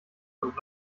und